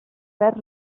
perd